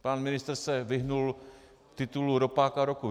Pan ministr se vyhnul titulu Ropáka roku.